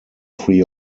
free